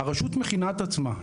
הרשות מכינה את עצמה.